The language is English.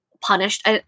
punished